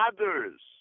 others